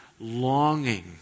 longing